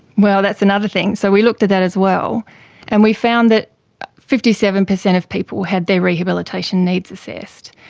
well, that's another thing. so we looked at that as well and we found that fifty seven percent of people had their rehabilitation needs assessed,